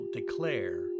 declare